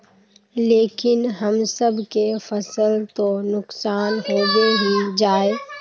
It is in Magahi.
लेकिन हम सब के फ़सल तो नुकसान होबे ही जाय?